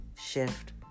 shift